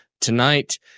Tonight